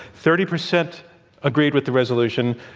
thirty percent agreed with the resolution,